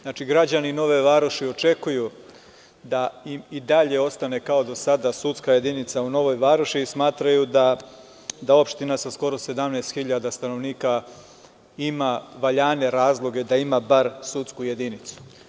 Znači, građani Nove Varoši očekuje da im i dalje ostane kao i do sada sudska jedinica u Novoj Varoši i smatraju da opština sa skoro 17.000 stanovnika ima valjane razloge da ima bar sudsku jedinicu.